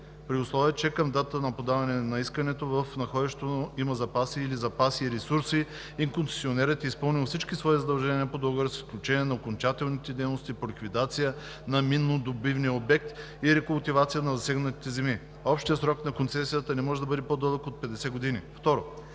при условие че към датата на подаване на искането в находището има запаси или запаси и ресурси и концесионерът е изпълнил всички свои задължения по договора с изключение на окончателните дейности по ликвидация на миннодобивния обект и рекултивация на засегнатите земи. Общият срок на концесията не може да бъде по-дълъг от 50 години.“